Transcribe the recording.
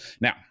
Now